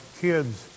kids